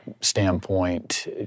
standpoint